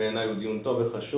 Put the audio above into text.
זה דבר חשוב וטוב.